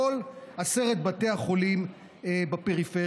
כל עשרת בתי החולים בפריפריה.